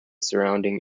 surrounding